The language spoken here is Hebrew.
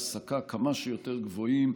בשיעורי העסקה, וכמה שיותר גבוהים,